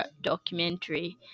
documentary